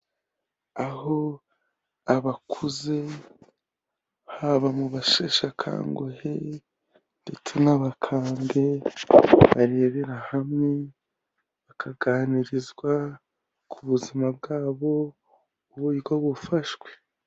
Aho abakuze haba mu basheshekanguhe, ndetse n'abakambwe, barebera hamwe, bakaganirizwa ku buzima bwabo uburyo bufashwe.